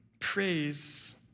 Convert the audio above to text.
praise